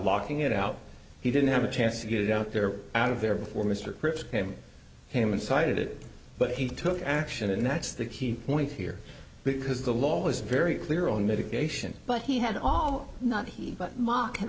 locking it out he didn't have a chance to get it out there out of there before mr cripps came came and cited it but he took action and that's the key point here because the law was very clear on mitigation but he had all not he but m